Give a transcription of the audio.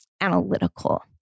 analytical